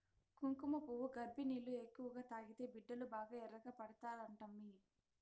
కుంకుమపువ్వు గర్భిణీలు ఎక్కువగా తాగితే బిడ్డలు బాగా ఎర్రగా పడతారంటమ్మీ